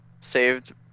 Saved